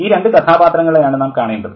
ഈ രണ്ട് കഥാപാത്രങ്ങളെ ആണ് നാം കാണേണ്ടത്